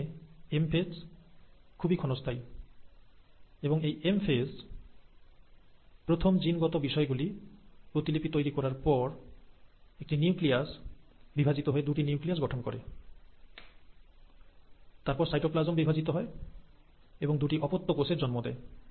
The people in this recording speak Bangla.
যেখানে এমফেস খুবই ক্ষণস্থায়ী এবং এই এমফেস প্রথম জিন গত বিষয় গুলি প্রতিলিপি তৈরি করার পর একটি নিউক্লিয়াস বিভাজিত হয়ে দুটি নিউক্লিয়াস গঠন করে তারপর সাইটোপ্লাজম বিভাজিত হয় এবং দুটি অপত্য কোষের জন্ম দেয়